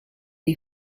est